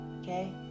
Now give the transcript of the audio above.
Okay